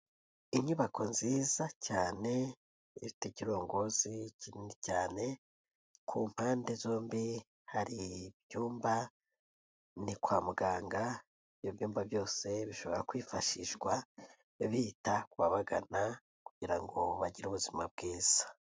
Inyubako nziza cyane ifite ikirongozi kinini cyane ku mpande zombi hari ibyumba, ni kwa muganga, ibyo byumba byose bishobora kwifashishwa bita ku babagana kugira ngo bagire ubuzima bwiza.